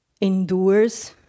endures